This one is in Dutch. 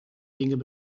dingen